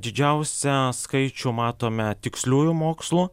didžiausią skaičių matome tiksliųjų mokslų